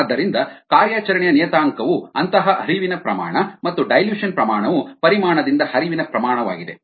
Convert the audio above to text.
ಆದ್ದರಿಂದ ಕಾರ್ಯಾಚರಣೆಯ ನಿಯತಾಂಕವು ಅಂತಹ ಹರಿವಿನ ಪ್ರಮಾಣ ಮತ್ತು ಡೈಲ್ಯೂಷನ್ ಪ್ರಮಾಣವು ಪರಿಮಾಣದಿಂದ ಹರಿವಿನ ಪ್ರಮಾಣವಾಗಿದೆ